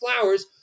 Flowers